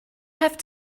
have